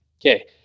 Okay